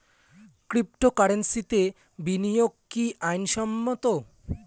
ক্রিপ্টোকারেন্সিতে বিনিয়োগ কি আইন সম্মত?